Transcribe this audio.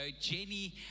Jenny